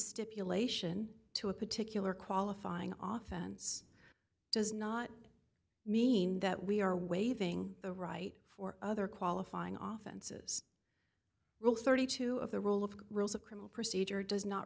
stipulation to a particular qualifying often it's does not mean that we are waiving the right for other qualifying often says rule thirty two of the role of rules of criminal procedure does not